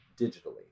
digitally